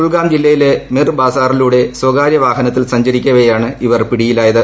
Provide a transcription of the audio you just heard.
കുൽഗാം ജില്ലയിലെ മിർ ബാസാറിലൂടെ സ്ഥകാര്യ വാഹനത്തിൽ സഞ്ചരിക്കവേയാണ് ഇവർ പിടിയിലായത്